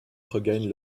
regagne